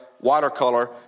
watercolor